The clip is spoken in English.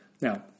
Now